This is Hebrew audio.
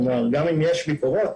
גם אם יש ביקורת,